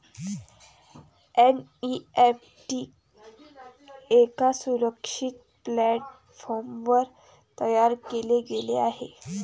NEFT एका सुरक्षित प्लॅटफॉर्मवर तयार केले गेले आहे